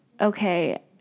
okay